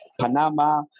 Panama